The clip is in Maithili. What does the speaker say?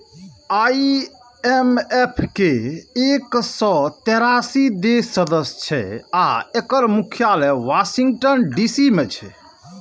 आई.एम.एफ के एक सय तेरासी देश सदस्य छै आ एकर मुख्यालय वाशिंगटन डी.सी मे छै